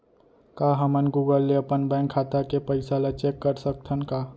का हमन गूगल ले अपन बैंक खाता के पइसा ला चेक कर सकथन का?